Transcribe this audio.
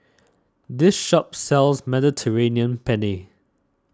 this shop sells Mediterranean Penne